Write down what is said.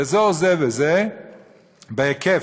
באזור זה וזה, בהיקף,